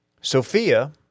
Sophia